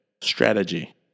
strategy